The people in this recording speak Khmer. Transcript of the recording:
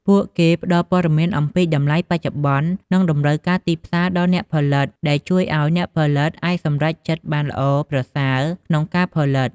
ពួកគេផ្តល់ព័ត៌មានអំពីតម្លៃបច្ចុប្បន្ន និងតម្រូវការទីផ្សារដល់អ្នកផលិត ដែលជួយឱ្យអ្នកផលិតអាចសម្រេចចិត្តបានល្អប្រសើរក្នុងការផលិត។